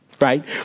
right